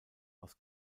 aus